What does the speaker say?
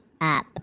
Up